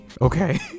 okay